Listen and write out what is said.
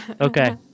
Okay